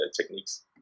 techniques